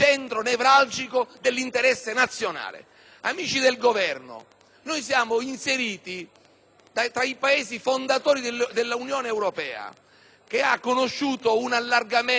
tra i Paesi fondatori dell'Unione europea, che ha conosciuto un allargamento straordinario e che ha scelto come sua direttrice di sviluppo in modo particolare l'Est